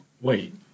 Wait